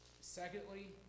Secondly